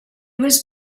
was